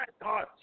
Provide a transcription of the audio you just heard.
God